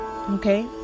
okay